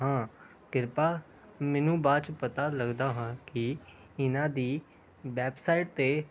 ਹਾਂ ਕਿਰਪਾ ਮੈਨੂੰ ਬਾਅਦ 'ਚ ਪਤਾ ਲੱਗਦਾ ਹਾਂ ਕਿ ਇਹਨਾਂ ਦੀ ਵੈਬਸਾਈਟ 'ਤੇ